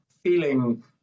feeling